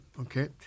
okay